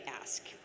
ask